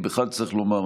בכלל צריך לומר,